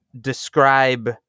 describe